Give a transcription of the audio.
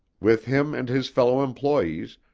with him and his fellow employes,